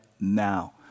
now